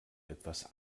etwas